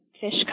fish